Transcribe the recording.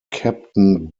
captain